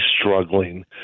struggling